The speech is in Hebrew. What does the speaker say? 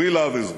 we love Israel".